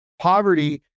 poverty